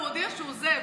הוא הודיע שהוא עוזב.